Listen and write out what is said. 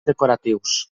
decoratius